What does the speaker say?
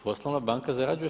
Poslovna banka zarađuje 6%